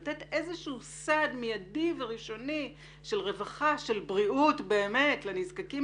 לתת איזשהו סעד מיידי וראשוני של רווחה ושל בריאות לנזקקים